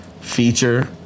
feature